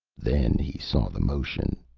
then he saw the motion,